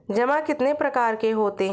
जमा कितने प्रकार के होते हैं?